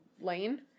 Lane